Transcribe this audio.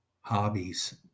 hobbies